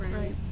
right